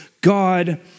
God